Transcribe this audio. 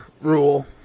rule